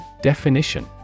Definition